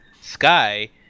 Sky